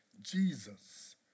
Jesus